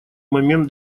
момент